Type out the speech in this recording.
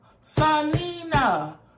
Selena